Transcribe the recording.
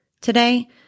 Today